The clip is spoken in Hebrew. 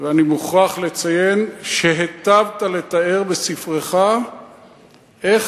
אני מוכרח לציין שהיטבת לתאר בספרך איך